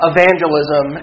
Evangelism